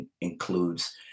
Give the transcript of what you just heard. includes